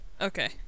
Okay